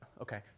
okay